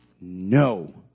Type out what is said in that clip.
no